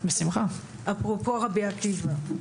אפרופו רבי עקיבא,